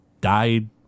died